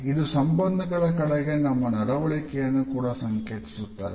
ಇದು ಸಂಬಂಧಗಳ ಕಡೆಗೆ ನಮ್ಮ ನಡವಳಿಕೆಯನ್ನು ಕೂಡ ಸಂಕೇತಿಸುತ್ತದೆ